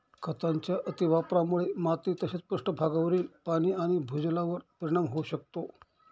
खतांच्या अतिवापरामुळे माती तसेच पृष्ठभागावरील पाणी आणि भूजलावर परिणाम होऊ शकतो